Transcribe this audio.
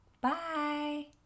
Bye